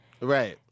Right